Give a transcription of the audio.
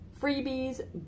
freebies